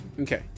Okay